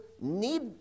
need